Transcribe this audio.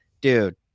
Dude